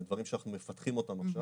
זה דברים שאנחנו מפתחים אותם עכשיו,